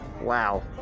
wow